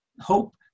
hope